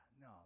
no